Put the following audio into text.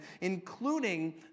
including